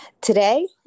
Today